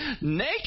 naked